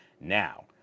Now